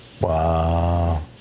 wow